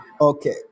Okay